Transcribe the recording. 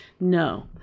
No